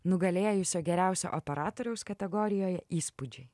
nugalėjusio geriausio operatoriaus kategorijoje įspūdžiai